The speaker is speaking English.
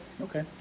Okay